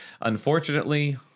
Unfortunately